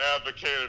advocated